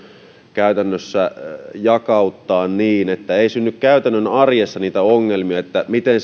jakauttaa niin että ei synny käytännön arjessa ongelmia miten